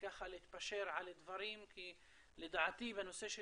ככה להתפשר על דברים כי לדעתי בנושא של